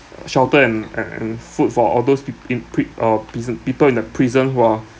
shelter and and and food for all those peop~ impri~ uh prison people in the prison who are